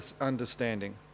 understanding